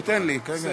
אנחנו